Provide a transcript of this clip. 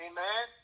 Amen